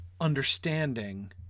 understanding